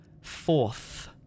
fourth